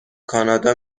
کانادا